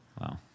Wow